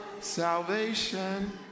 salvation